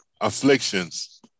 Afflictions